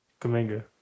Kaminga